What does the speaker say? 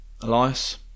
Elias